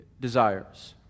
desires